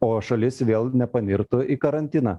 o šalis vėl nepanirtų į karantiną